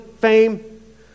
fame